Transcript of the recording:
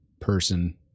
person